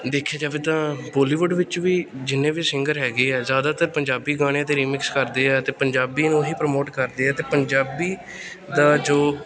ਦੇਖਿਆ ਜਾਵੇ ਤਾਂ ਬੋਲੀਵੁੱਡ ਵਿੱਚ ਵੀ ਜਿੰਨੇ ਵੀ ਸਿੰਗਰ ਹੈਗੇ ਹੈ ਜ਼ਿਆਦਾਤਰ ਪੰਜਾਬੀ ਗਾਣਿਆਂ 'ਤੇ ਰਿਮਿਕਸ ਕਰਦੇ ਹੈ ਅਤੇ ਪੰਜਾਬੀ ਨੂੰ ਹੀ ਪ੍ਰਮੋਟ ਕਰਦੇ ਹੈ ਅਤੇ ਪੰਜਾਬੀ ਦਾ ਜੋ